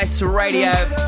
Radio